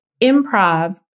improv